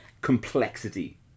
complexity